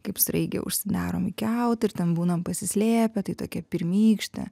kaip sraigė užsidarom kiautą ir ten būnam pasislėpę tai tokia pirmykštė